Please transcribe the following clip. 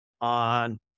On